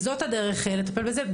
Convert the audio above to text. זאת הדרך לטפל בזה,